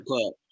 club